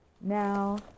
now